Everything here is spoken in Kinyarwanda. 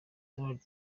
donald